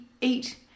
eat